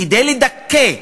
כדי לדכא,